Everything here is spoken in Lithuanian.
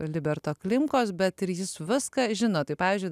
liberto klimkos bet ir jis viską žino tai pavyzdžiui